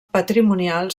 patrimonial